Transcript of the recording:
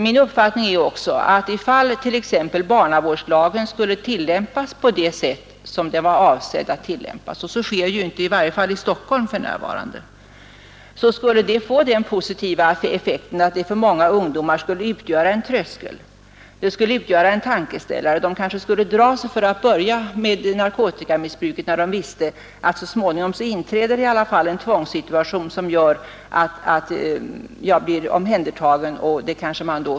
Min uppfattning är också att ifall t.ex. barnavårdslagen tillämpades på det sätt som den var avsedd att tillämpas — så sker i varje fall inte i Stockholm för närvarande — skulle det få som positiv effekt att det för många ungdomar blev en tankeställare. De kanske skulle dra sig för att börja med narkotika om de visste att de så småningom kommer att hamna i en tvångssituation som gör att de blir omhändertagna.